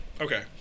okay